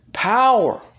Power